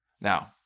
Now